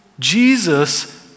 Jesus